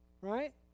right